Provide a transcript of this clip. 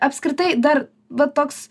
apskritai dar va toks